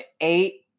eight